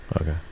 Okay